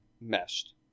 meshed